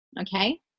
Okay